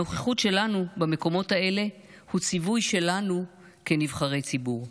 הנוכחות שלנו במקומות האלה היא ציווי לנו כנבחרי ציבור.